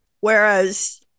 Whereas